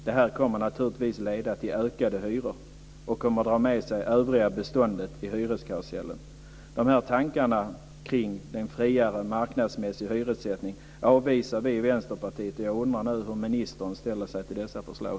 Det här kommer naturligtvis att leda till höjda hyror och kommer att dra med sig det övriga beståndet i hyreskarusellen. De här tankarna kring en friare, marknadsmässig hyressättning avvisar vi i Vänsterpartiet. Jag undrar nu hur ministern ställer sig till dessa förslag.